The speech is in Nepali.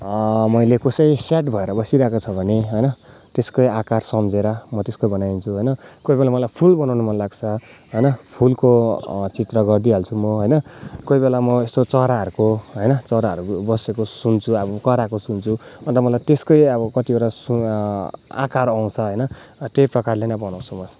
मैले कसै स्याड भएर बसिरहेको छ भने होइन त्यसकै आकार सम्झेर म त्यसकै बनाइदिन्छु होइन कोली बेला मलाई फुल बनाउन मन लाग्छ होइन फुलको चित्र गरिदिहाल्छु म होइन कोही बेला म यसो चराहरूको होइन चराहरू बसेको सुन्छु अब कराएको सुन्छु अन्त मलाई त्यसकै अब कतिवटा सु आकार आउँछ होइन त्यही प्रकारले नै बनाउँछु म